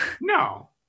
No